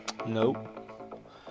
Nope